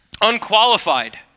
unqualified